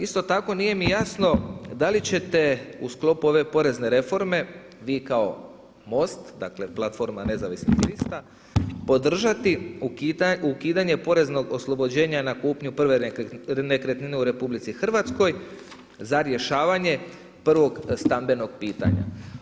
Isto tako, nije mi jasno da li ćete u sklopu ove porezne reforme vi kao MOST, dakle platforma nezavisnih lista podržati ukidanje poreznog oslobođenja na kupnju prve nekretnine u RH za rješavanje prvog stambenog pitanja.